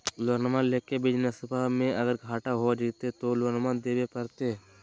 लोनमा लेके बिजनसबा मे अगर घाटा हो जयते तो लोनमा देवे परते?